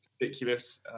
ridiculous